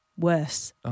Worse